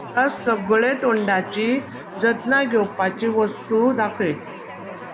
म्हाका सगळे तोंडाची जतनाय घेवपाची वस्तू दाखय